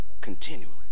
continually